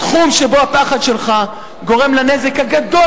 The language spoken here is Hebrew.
התחום שבו הפחד שלך גורם לנזק הגדול